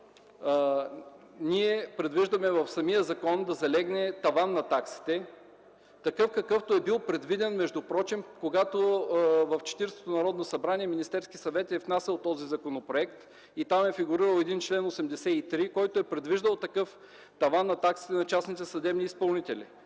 ние предвиждаме в самия закон да залегне таван на таксите такъв, какъвто е бил предвиден впрочем, когато в Четиридесетото Народно събрание Министерският съвет е внасял този законопроект и там е фигурирал един чл. 83, който е предвиждал такъв таван на таксите на частните съдебни изпълнители.